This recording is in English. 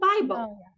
Bible